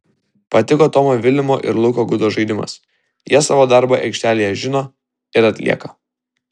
patiko tomo vilimo ir luko gudo žaidimas jie savo darbą aikštelėje žino ir atlieka